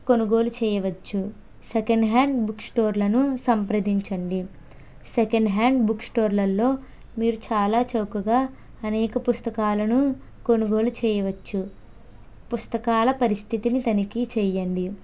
కొనుగోలు చేయవచ్చు second hand book స్టోర్లను సంప్రదించండి సెకండ్ హ్యాండ్ బుక్ స్టోర్లలో మీరు చాలా చౌకగా అనేక పుస్తకాలను కొనుగోలు చేయవచ్చు పుస్తకాల పరిస్థితిని తనిఖీ చెయ్యండి